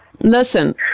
Listen